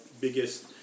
biggest